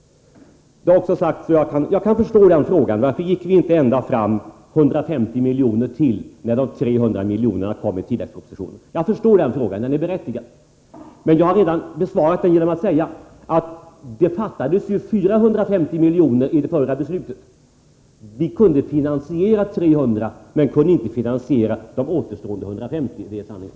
Flera har här undrat: Varför gick ni inte ända fram —lade till 150 miljoner — när förslaget om de 300 miljonerna kom i tilläggspropositionen? Jag förstår den frågan — den är berättigad. Men jag har redan besvarat den genom att säga att det i det förra beslutet fattades 450 miljoner. Vi kunde finansiera 300 miljoner, men inte de återstående 150. Det är sanningen.